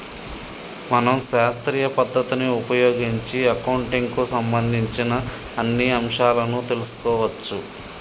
మనం శాస్త్రీయ పద్ధతిని ఉపయోగించి అకౌంటింగ్ కు సంబంధించిన అన్ని అంశాలను తెలుసుకోవచ్చు